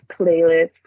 playlist